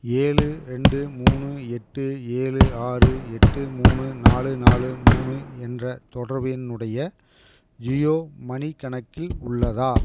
ஏழு ரெண்டு மூணு எட்டு ஏழு ஆறு எட்டு மூணு நாலு நாலு மூணு என்ற தொடர்பு எண்ணுடைய ஜியோ மனி கணக்கில் உள்ளதா